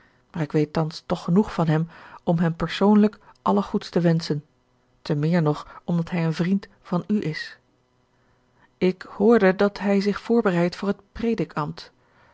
maar ik weet thans toch genoeg van hem om hem persoonlijk alle goeds te wenschen te meer nog omdat hij een vriend van u is ik hoorde dat hij zich voorbereidt voor het predikambt